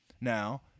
Now